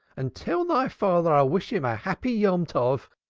and tell thy father i wish him a happy yontov,